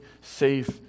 safe